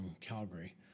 Calgary